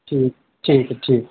ٹھیک ٹھیک ہے ٹھیک